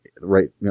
right